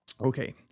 Okay